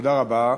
תודה רבה,